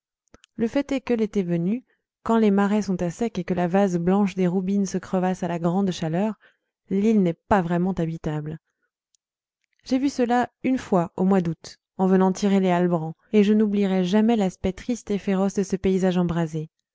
le fait est que l'été venu quand les marais sont à sec et que la vase blanche des roubines se crevasse à la grande chaleur l'île n'est vraiment pas habitable j'ai vu cela une fois au mois d'août en venant tirer les hallebrands et je n'oublierai jamais l'aspect triste et féroce de ce paysage embrasé